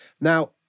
now